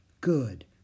Good